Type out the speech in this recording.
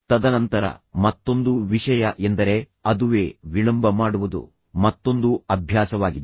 ತದನಂತರ ಮತ್ತೊಂದು ವಿಷಯ ಎಂದರೆ ಅದುವೇ ವಿಳಂಬ ಮಾಡುವುದು ಮತ್ತೊಂದು ಅಭ್ಯಾಸವಾಗಿದೆ